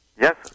yes